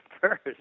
first